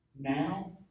Now